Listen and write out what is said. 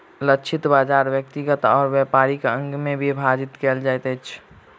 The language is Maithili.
लक्षित बाजार व्यक्तिगत और व्यापारिक अंग में विभाजित कयल जाइत अछि